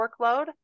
workload